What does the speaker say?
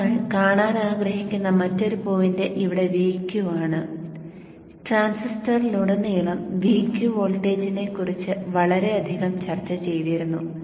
നമ്മൾ കാണാൻ ആഗ്രഹിക്കുന്ന മറ്റൊരു പോയിന്റ് ഇവിടെ Vq ആണ് ട്രാൻസിസ്റ്ററിലുടനീളം Vq വോൾട്ടേജിനെക്കുറിച്ച് വളരെയധികം ചർച്ച ചെയ്തിരുന്നു